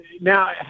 Now